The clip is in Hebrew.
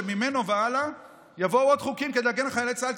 וממנו והלאה יבואו עוד חוקים כדי להגן על חיילי צה"ל,